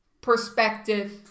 perspective